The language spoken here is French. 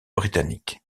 britanniques